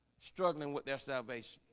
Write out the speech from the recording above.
struggling with their salvation